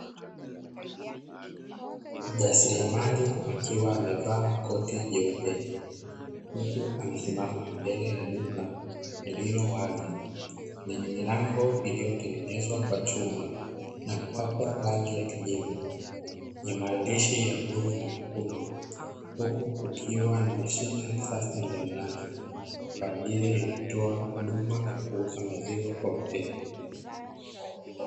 Mjasiriamali akiwa amevaa koti jeupe, huku amesimama mbele ya duka lililo wazi; lenye milango iliyotengenezwa kwa chuma na kupakwa rangi ya kijivu, yenye maandishi ya bluu na mekundu, huku kukiwa na mashine ya kisasa ndani yake, kwa ajili ya kutoa huduma ya kuuza maziwa kwa wateja.